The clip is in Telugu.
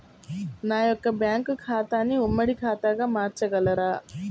నా యొక్క బ్యాంకు ఖాతాని ఉమ్మడి ఖాతాగా మార్చగలరా?